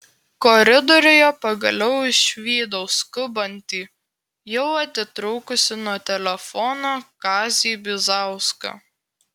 koridoriuje pagaliau išvydau skubantį jau atitrūkusį nuo telefono kazį bizauską